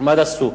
mada su